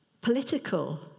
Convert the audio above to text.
political